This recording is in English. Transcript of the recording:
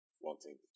wanting